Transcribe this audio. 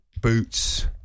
boots